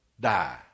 die